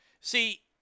See